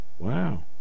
Wow